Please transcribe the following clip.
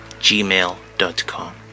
gmail.com